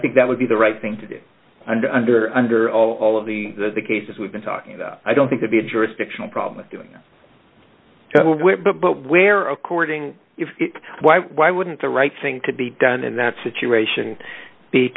think that would be the right thing to do under under under all all of the cases we've been talking about i don't think would be a jurisdictional problem with doing but where according to why why wouldn't the right thing to be done in that situation be